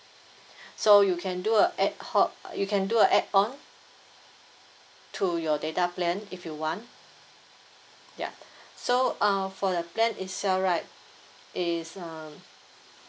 so you can do a ad hoc you can do a add on to your data plan if you want ya so uh for the plan itself right it's uh